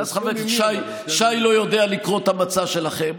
ואז חבר כנסת שי לא יודע לקרוא את המצע שלכם,